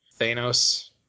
Thanos